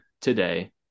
today